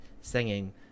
singing